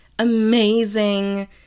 amazing